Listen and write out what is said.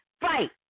Fight